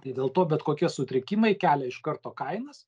tai dėl to bet kokie sutrikimai kelia iš karto kainas